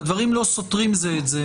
והדברים לא סותרים זה את זה,